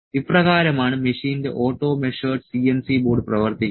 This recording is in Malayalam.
ഇപ്രകാരമാണ് മെഷീന്റെ ഓട്ടോ മെഷേർഡ് CNC ബോർഡ് പ്രവർത്തിക്കുന്നത്